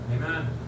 Amen